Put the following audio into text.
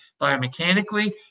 biomechanically